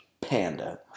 Panda